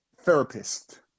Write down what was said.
therapist